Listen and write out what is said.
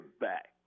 back